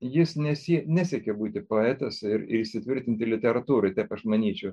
jis nesie nesiekia būti poetas ir ir įsitvirtinti literatūroj taip aš manyčiau